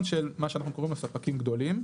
של מה שאנחנו קוראים לו "ספקים גדולים".